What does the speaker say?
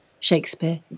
Shakespeare